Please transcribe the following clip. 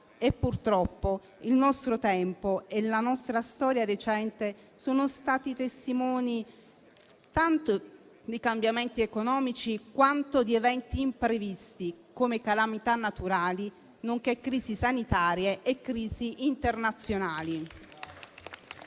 Purtroppo il nostro tempo e la nostra storia recente sono stati testimoni tanto di cambiamenti economici, quanto di eventi imprevisti come calamità naturali, nonché crisi sanitarie e crisi internazionali.